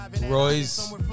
Royce